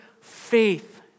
faith